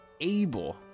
able